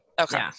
Okay